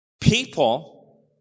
people